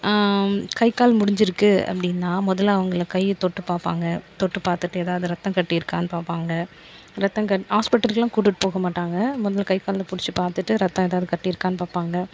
கை கால் முடிஞ்சுருக்கு அப்படின்னா முதல்ல அவங்களை கையை தொட்டு பார்ப்பாங்க தொட்டு பார்த்துட்டு ஏதாவது ரத்தம் கட்டிருக்கான்னு பார்ப்பாங்க ரத்தங்க ஹாஸ்பிட்டல்க்குலாம் கூட்டிகிட்டு போக மாட்டாங்க முதல்ல கை கால் பிடிச்சு பார்த்துட்டு ரத்தம் ஏதாவது கட்டி இருக்கான்னு பார்ப்பாங்க